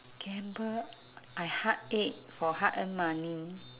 gamble I heartache for hard earned money